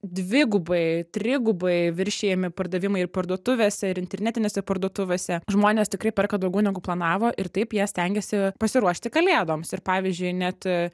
dvigubai trigubai viršijami pardavimai ir parduotuvėse ir internetinėse parduotuvėse žmonės tikrai perka daugiau negu planavo ir taip jie stengiasi pasiruošti kalėdoms ir pavyzdžiui net